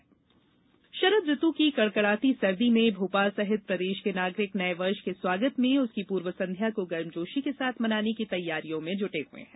नववर्ष तैयारी शरद ऋतु की कड़कड़ाती सर्दी में भोपाल सहित प्रदेश के नागरिक नये वर्ष के स्वागत में उसकी पूर्व संध्या को गर्मजोशी के साथ मनाने की तैयारियों में व्यस्त हैं